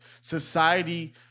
Society